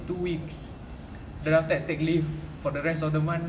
two weeks then after that take leave for the rest of the month get paid already